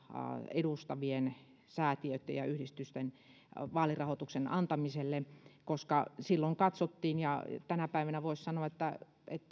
edustavien säätiöitten ja yhdistysten mahdollisuus vaalirahoituksen antamiselle koska silloin katsottiin ja tänä päivänä voisi sanoa katsotaan